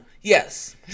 yes